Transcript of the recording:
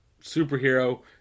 superhero